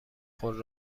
خود